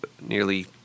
nearly